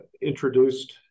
introduced